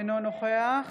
אינו נוכח